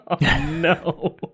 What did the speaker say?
No